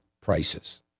prices